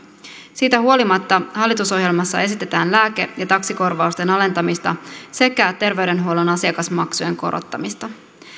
siitä huolimatta hallitusohjelmassa esitetään lääke ja taksikorvausten alentamista sekä terveydenhuollon asiakasmaksujen korottamista